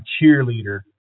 cheerleader